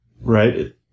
right